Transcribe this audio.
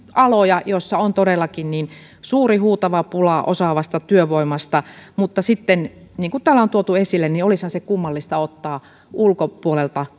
aloja joilla on todellakin suuri huutava pula osaavasta työvoimasta mutta sitten niin kuin täällä on tuotu esille olisihan se kummallista ottaa ulkopuolelta